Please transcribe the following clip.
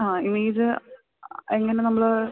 ആ ഇനി ഇത് എങ്ങനെ നമ്മൾ